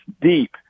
deep